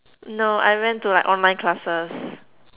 no I went to like online classes